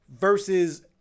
versus